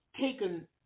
taken